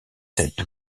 cette